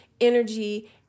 energy